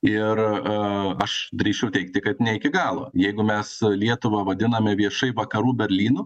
ir a aš drįsčiau teigti kad ne iki galo jeigu mes e lietuvą vadiname viešai vakarų berlynu